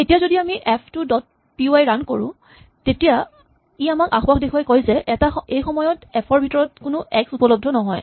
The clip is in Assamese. এতিয়া যদি আমি F two dot P Y run কৰো তেতিয়া ই আমাক আসোঁৱাহ দেখুৱাই কয় যে এই সময়ত এফ ৰ ভিতৰত কোনো এক্স উপলব্ধ নহয়